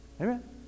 Amen